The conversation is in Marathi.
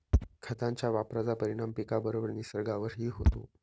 खतांच्या वापराचा परिणाम पिकाबरोबरच निसर्गावरही होतो